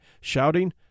shouting